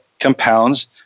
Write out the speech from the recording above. compounds